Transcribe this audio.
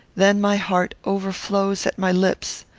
then my heart overflows at my lips.